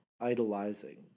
idolizing